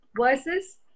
versus